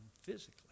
physically